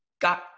got